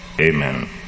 Amen